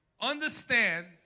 understand